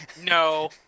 No